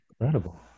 incredible